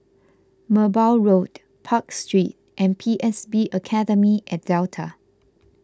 Merbau Road Park Street and P S B Academy at Delta